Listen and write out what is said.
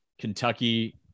Kentucky